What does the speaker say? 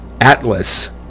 Atlas